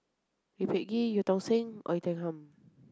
Lee Peh Gee Eu Tong Sen Oei Tiong Ham